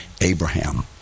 Abraham